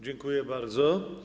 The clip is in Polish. Dziękuję bardzo.